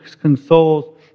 consoles